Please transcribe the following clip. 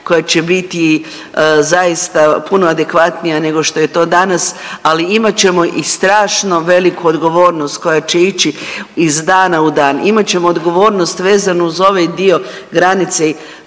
koja će biti zaista puno adekvatnija nego što je to danas. Ali imat ćemo i strašno veliku odgovornost koja će ići iz dana u dan. Imat ćemo odgovornost vezanu uz ovaj dio granice